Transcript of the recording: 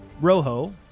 Rojo